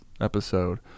episode